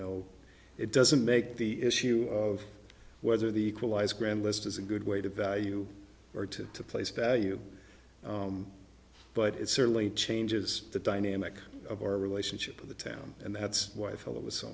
know it doesn't make the issue of whether the equalize graham list is a good way to value or to place value but it certainly changes the dynamic of our relationship of the town and that's why i felt it was so